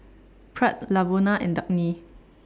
Pratt Lavona and Dagny